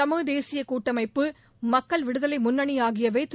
தமிழ் தேசிய கூட்டமைப்பு மக்கள் விடுதலை முன்னணி ஆகியவை திரு